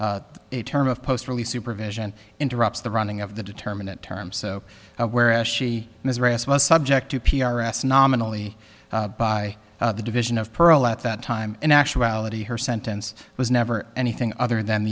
a term of post really supervision interrupts the running of the determinant term so whereas she was subject to p r s nominally by the division of pearl at that time in actuality her sentence was never anything other than